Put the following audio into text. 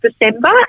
December